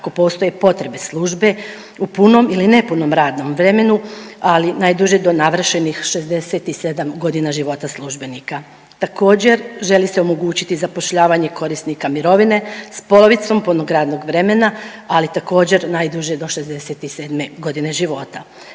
ako postoji potrebe službe u punom ili nepunom radnom vremenu, ali najduže do navršenih 67 godina života službenika. Također, želi se omogućiti zapošljavanje korisnika mirovine s polovicom punog radnog vremena, ali također najduže do 67 godine života.